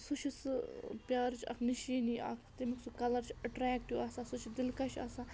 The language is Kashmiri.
سُہ چھُ سُہ پیٛارٕچ اَکھ نِشٲنی اَکھ تَمیُک سُہ کَلَر چھُ اَٹرٛٮ۪کٹِو آسان سُہ چھُ دِلکَش آسان